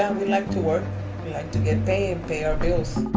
um we like to work. we like to get pay and pay our bills.